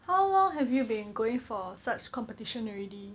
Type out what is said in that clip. how long have you been going for such competition already